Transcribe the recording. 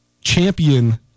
champion